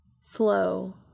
Slow